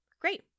great